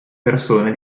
persone